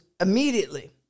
immediately